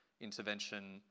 intervention